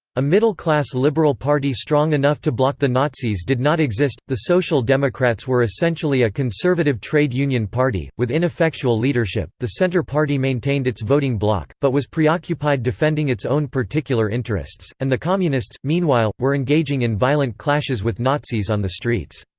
a middle class liberal party strong enough to block the nazis did not exist the social democrats were essentially a conservative trade union party, with ineffectual leadership the centre party maintained its voting block, but was preoccupied defending defending its own particular interests and the communists, meanwhile, were engaging in violent clashes with nazis on the streets.